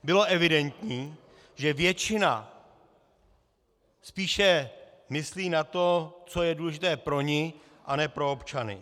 Bylo evidentní, že většina spíše myslí na to, co je důležité pro ni, a ne pro občany.